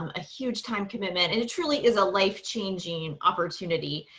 um a huge time commitment and it truly is a life changing opportunity.